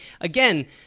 again